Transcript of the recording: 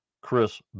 Chris